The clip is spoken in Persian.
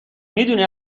میدونی